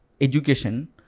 education